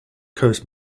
coast